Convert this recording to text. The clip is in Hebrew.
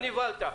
-- מה נבהלת?